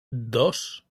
dos